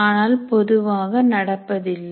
ஆனால் பொதுவாக நடப்பதில்லை